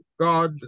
God